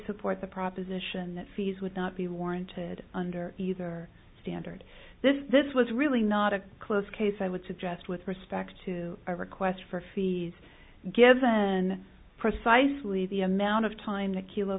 support the proposition that fees would not be warranted under either standard this was really not a close case i would suggest with respect to a request for fees given precisely the amount of time t